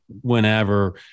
whenever